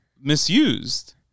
misused